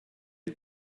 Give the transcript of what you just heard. est